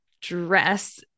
dress